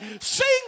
Sing